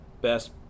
best